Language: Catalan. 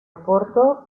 porto